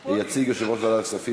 נתקבלה.